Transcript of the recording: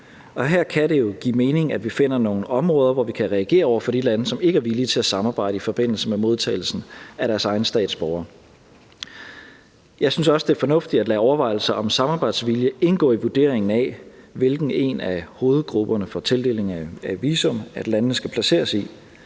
her kan det jo give mening, at vi finder nogle områder, hvor vi kan reagere over for de lande, som ikke er villige til at samarbejde i forbindelse med modtagelsen af deres egne statsborgere. Jeg synes også, det er fornuftigt at lade overvejelser om samarbejdsvilje indgå i vurderingen af, hvilken en af hovedgrupperne for tildeling af visum landene skal placeres i,